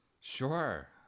sure